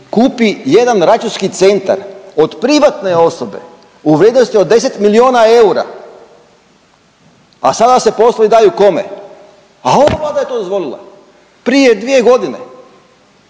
kupi jedan računski centar od privatne osobe u vrijednosti od 10 milijuna eura, a sada se poslovi daju kome? A ova Vlada je to dozvolila prije 2 godine.